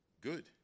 good